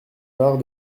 part